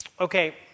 okay